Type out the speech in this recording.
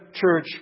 church